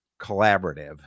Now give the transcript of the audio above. collaborative